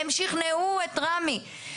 והם שכנעו את רשות מקרקעי ישראל.